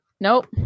Nope